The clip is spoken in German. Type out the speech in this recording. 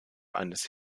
eines